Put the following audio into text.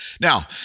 Now